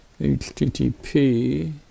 HTTP